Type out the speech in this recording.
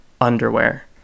underwear